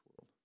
world